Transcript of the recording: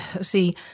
see